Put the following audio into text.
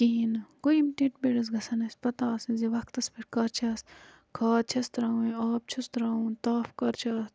کِہینہِ گوٚو یِم titbits گَژھَن اَسہِ پَتہ آسنہٕ زِ وَقتَس پیٹھ کھاد چھَس تراوٕنۍ آب چھُس تراوُن تاپھ کر چھُ اتھ